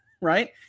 right